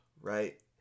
right